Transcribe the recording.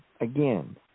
again